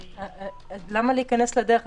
אז למה להיכנס לדרך?